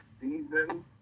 season